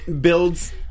builds